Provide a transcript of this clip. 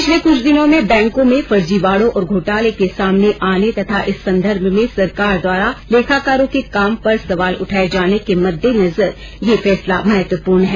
पिछले कुछ दिनों में बैंको में फर्जीवाडों और घोटालों के सामने आने तथा इस संदर्भ में सरकार द्वारा लेखाकारों के काम पर सवाल उठाये जाने के मद्देनजर यह फैसला महत्त्वपूर्ण है